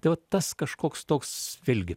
tai va tas kažkoks toks vėlgi